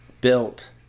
built